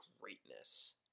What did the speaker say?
greatness